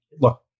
Look